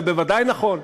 וזה בוודאי נכון.